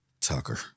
Tucker